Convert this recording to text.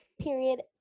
Period